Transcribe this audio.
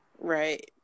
Right